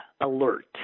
alert